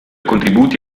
contributi